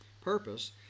purpose